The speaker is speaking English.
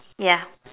ya